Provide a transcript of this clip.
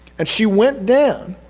and she went down